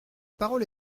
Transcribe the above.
parole